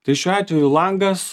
tai šiuo atveju langas